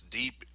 deep